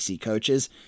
coaches